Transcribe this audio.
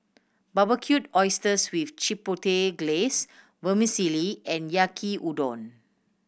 Barbecued Oysters with Chipotle Glaze Vermicelli and Yaki Udon